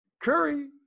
curry